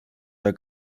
der